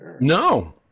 No